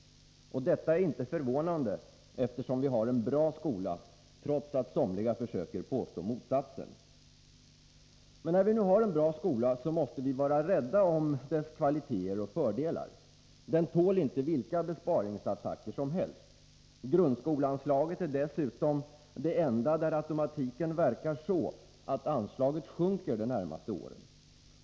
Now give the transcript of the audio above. Detta är inte förvånande, eftersom vi har en bra skola — trots att somliga försöker påstå motsatsen. Men när vi nu har en bra skola, måste vi vara rädda om dess kvaliteter och fördelar. Den tål inte vilka besparingsattacker som helst. Grundskoleanslaget är dessutom det enda anslag där automatiken verkar så, att anslaget sjunker de närmaste åren.